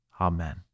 amen